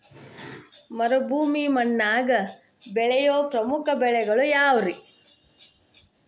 ಮರುಭೂಮಿ ಮಣ್ಣಾಗ ಬೆಳೆಯೋ ಪ್ರಮುಖ ಬೆಳೆಗಳು ಯಾವ್ರೇ?